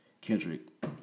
Kendrick